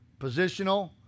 Positional